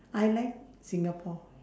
I like singapore